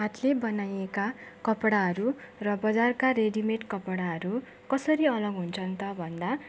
हातले बनाइएका कपडाहरू र बजारका रेडी मेड कपडाहरू कसरी अलग हुन्छन् त भन्दा